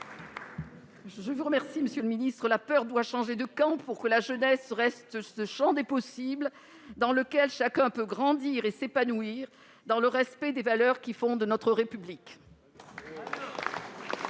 Je vous remercie, monsieur le ministre. La peur doit changer de camp pour que la jeunesse reste ce champ des possibles dans lequel chacun peut grandir et s'épanouir, dans le respect des valeurs qui fondent notre République.